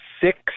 six